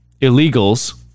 illegals